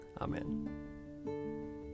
Amen